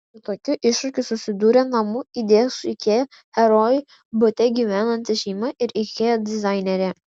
su tokiu iššūkiu susidūrė namų idėja su ikea herojai bute gyvenanti šeima ir ikea dizainerė